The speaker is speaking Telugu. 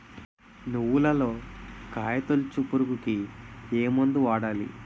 నువ్వులలో కాయ తోలుచు పురుగుకి ఏ మందు వాడాలి?